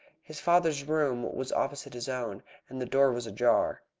his father's room was opposite his own, and the door was ajar.